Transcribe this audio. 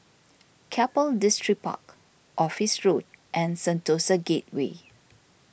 Keppel Distripark Office Road and Sentosa Gateway